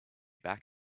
back